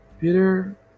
Peter